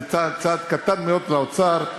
זה צעד קטן מאוד לאוצר,